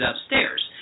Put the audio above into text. upstairs